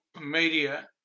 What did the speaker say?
media